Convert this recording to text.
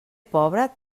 pobre